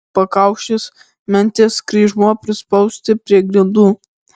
pakaušis mentės kryžmuo prispausti prie grindų